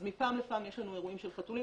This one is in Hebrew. אז מפעם לפעם יש לנו אירועים של חתולים,